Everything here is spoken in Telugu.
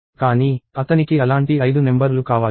కానీ అతనికి అలాంటి ఐదు నెంబర్ లు కావాలి